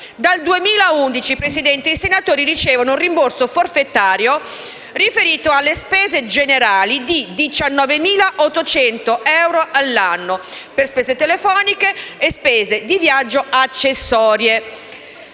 dal 2011 i senatori ricevono un rimborso forfetario riferito alle spese generali di 19.800 euro all'anno, per spese telefoniche e spese di viaggio accessorie.